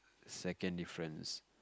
second difference